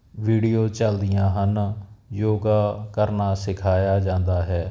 video ਚਲਦੀਆਂ ਹਨ ਯੋਗਾ ਕਰਨਾ ਸਿਖਾਇਆ ਜਾਂਦਾ ਹੈ